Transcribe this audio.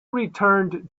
returned